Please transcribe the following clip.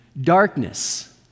darkness